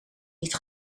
niet